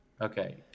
Okay